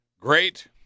Great